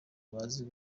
bazi